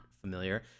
familiar